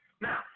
Now